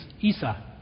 Isa